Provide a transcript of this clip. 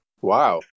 Wow